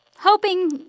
Hoping